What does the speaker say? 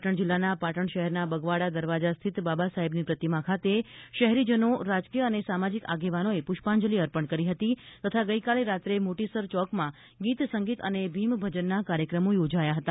પાટણ જિલ્લાના પાટણ શહેરના બગવાડા દરવાજા સ્થિત બાબાસાહેબની પ્રતિમા ખાતે શહેરીજનો રાજકીય અને સામાજિક આગેવાનોએ પુષ્પાજલિ અર્પણ કરી હતી તથા ગઈકાલે રાત્રે મોટીસર ચોકમાં ગીત સંગીત અને ભીમ ભજનના કાર્યક્રમો યોજાયા હતા